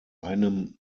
einem